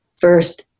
first